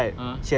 !huh!